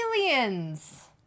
Aliens